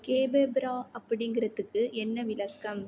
capybara அப்படிங்கிறதுக்கு என்ன விளக்கம்